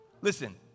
Listen